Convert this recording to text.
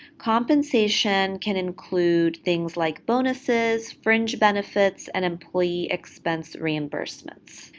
compensation can include things like bonuses, fringe benefits, and employee expense reimbursements.